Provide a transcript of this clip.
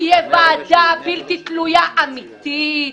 תהיה ועדה בלתי תלויה אמיתית,